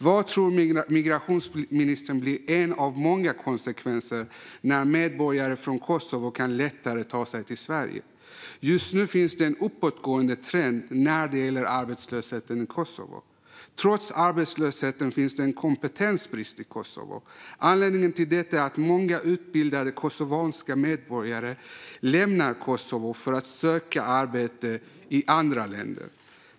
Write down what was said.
Vad tror migrationsministern blir en av många konsekvenser när medborgare från Kosovo lättare kan ta sig till Sverige? Just nu finns det en uppåtgående trend när det gäller arbetslösheten i Kosovo. Trots arbetslösheten finns det kompetensbrist i landet. Anledningen till detta är att många utbildade kosovanska medborgare lämnar Kosovo för att söka arbete i andra länder.